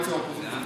חינוך.